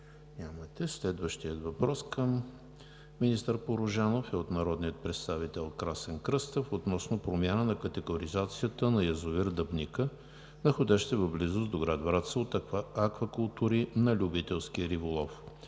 Следващият въпрос към министър Порожанов е от народния представител Красен Кръстев относно промяната на категоризацията на язовир „Дъбника“, находящ се в близост до град Враца, от „Аквакултури“ на „Любителски риболов“,